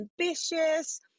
ambitious